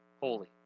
holy